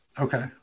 Okay